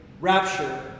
rapture